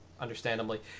understandably